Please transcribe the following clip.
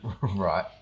Right